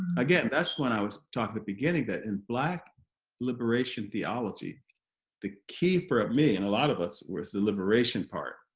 again that's when i was talking the beginning that in black liberation theology the key for me and a lot of us was the liberation part